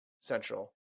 Central